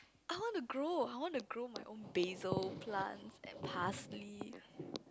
I want to grow I want to grow my own basil plant and parsley